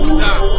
Stop